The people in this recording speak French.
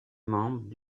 membre